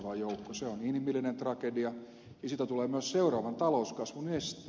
se on inhimillinen tragedia ja siitä tulee myös seuraavan talouskasvun este